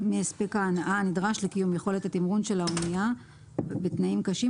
ההנעה הנדרש לקיום יכולת התמרון של האנייה בתנאים קשים,